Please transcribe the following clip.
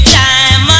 time